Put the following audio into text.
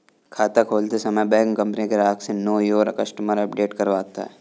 खाता खोलते समय बैंक अपने ग्राहक से नो योर कस्टमर अपडेट करवाता है